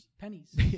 Pennies